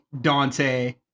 Dante